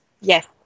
Yes